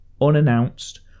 unannounced